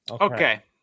Okay